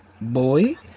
boy